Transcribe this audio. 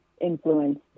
influence